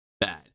bad